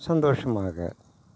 சந்தோஷமாக